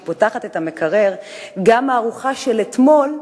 פותחת את המקרר גם הארוחה של אתמול,